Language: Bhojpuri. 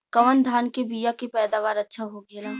कवन धान के बीया के पैदावार अच्छा होखेला?